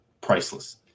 priceless